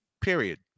period